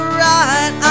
right